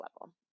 level